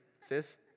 sis